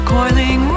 Coiling